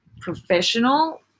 professional